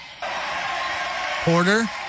Porter